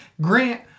Grant